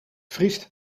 vriest